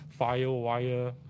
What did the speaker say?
Firewire